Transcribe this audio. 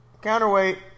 Counterweight